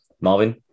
Marvin